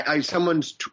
Someone's